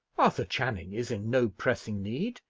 arthur channing is in no pressing need.